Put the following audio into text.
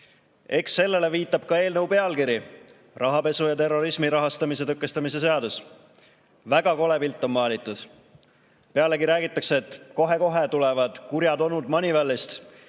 Eks sellele viitab ka eelnõu pealkiri: "Rahapesu ja terrorismi rahastamise tõkestamise seadus". Väga kole pilt on maalitud. Pealegi räägitakse, et kohe-kohe tulevad kurjad onud Moneyvalist